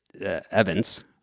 Evans